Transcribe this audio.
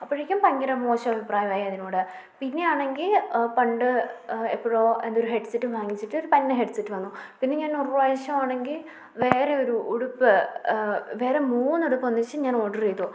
അപ്പോഴേക്കും ഭയങ്കര മോശം അഭിപ്രായമായി അതിനോട് പിന്നെയാണെങ്കിൽ പണ്ട് എപ്പോഴോ എന്തൊരു ഹെഡ്സെറ്റ് വാങ്ങിച്ചിട്ട് ഒരു പന്ന ഹെഡ്സെറ്റ് വന്നു പിന്നെ ഞാൻ ഒരു പ്രാവശ്യമാണെങ്കിൽ വേറെ ഒരു ഉടുപ്പ് വേറെ മൂന്ന് ഉടുപ്പൊന്നിച്ച് ഞാൻ ഓർഡർ ചെയ്തു